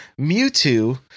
Mewtwo